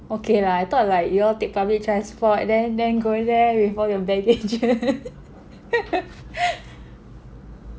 okay lah I thought like you all take public transport then then go there with all your baggages